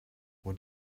what